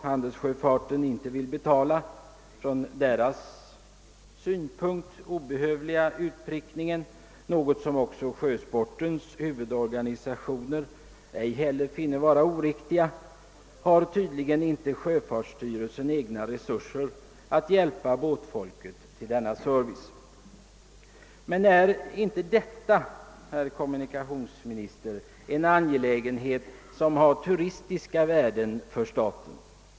Handelssjöfarten vill inte betala den från dess synpunkt obehövliga utprickningen — något som sjösportens huvudorganisationer ej heller finner vara oriktigt — och sjöfartsstyrelsen har tydligen inte egna resurser att hjälpa båtfolket med sådan service. Är inte detta, herr kommunikationsminister, en angelägenhet som har turistiska värden för staten?